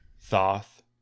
thoth